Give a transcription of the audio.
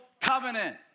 covenant